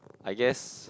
I guess